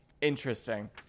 interesting